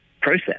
process